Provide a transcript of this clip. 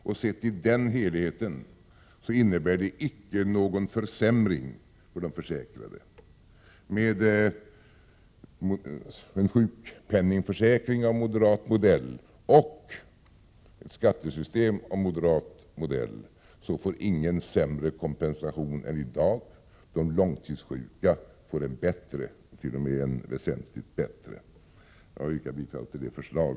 Ser man till den helheten finner man att förslaget icke innebär någon försämring för de försäkrade. Med en sjukpenningförsäkring av moderat modell och ett skattesystem av moderat modell får ingen sämre kompensation än i dag. De långtidssjuka får det t.o.m. väsentligt bättre. Jag yrkar bifall till detta förslag.